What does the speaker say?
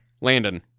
Landon